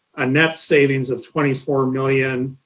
a net savings of twenty four million